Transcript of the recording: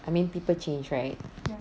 I mean people change right